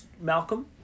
Malcolm